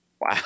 Wow